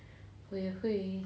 我也会